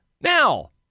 now